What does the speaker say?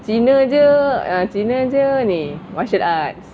cina jer cina jer ni martial arts